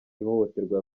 ihohoterwa